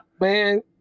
Man